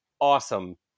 Awesome